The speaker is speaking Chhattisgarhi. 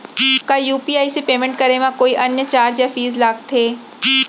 का यू.पी.आई से पेमेंट करे म कोई अन्य चार्ज या फीस लागथे?